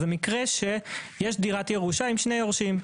זה מקרה שיש דירת ירושה עם שני יורשים.